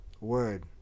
word